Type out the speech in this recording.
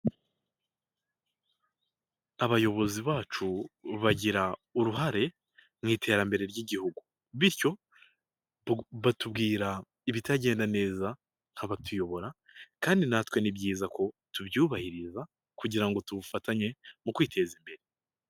Abayobozi bacu bagira uruhare mu iterambere ry'igihugu bityo batubwira ibitagenda neza nk'abatuyobora kandi natwe ni byiza ko tubyubahiriza kugira ngo dufatanye mu kwiteza imbere.